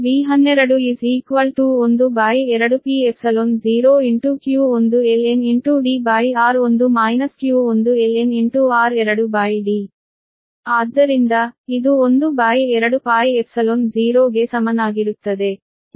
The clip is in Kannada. So V12 12π0q1ln Dr1 q1ln ಆದ್ದರಿಂದ ಇದು 12π0 ಗೆ ಸಮನಾಗಿರುತ್ತದೆ